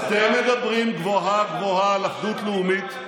אתם מדברים גבוהה-גבוהה על אחדות לאומית,